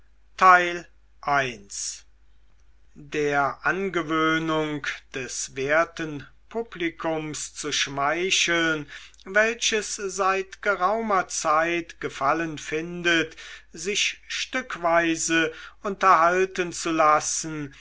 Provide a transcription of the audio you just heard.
der angewöhnung des werten publikums zu schmeicheln welches seit geraumer zeit gefallen findet sich stückweise unterhalten zu lassen